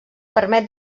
permet